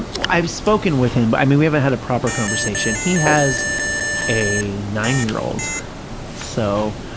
and i've spoken with him. but i mean, we haven't had a proper conversation. he has a nine-year-old, so,